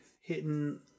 hitting